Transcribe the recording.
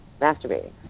masturbating